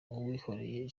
uwihoreye